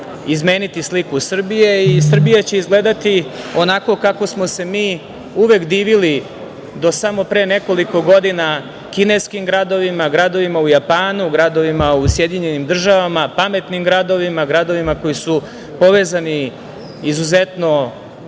izmeniti sliku Srbije i Srbija će izgledati onako kako smo se mi uvek divili do samo pre nekoliko godina kineski gradovima, gradovima u Japanu, gradovima u SAD, pametnim gradovima, gradovima koji su povezani izuzetno